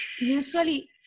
Usually